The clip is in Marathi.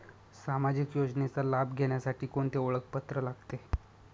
सामाजिक योजनेचा लाभ घेण्यासाठी कोणते ओळखपत्र लागते?